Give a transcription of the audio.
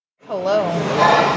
Hello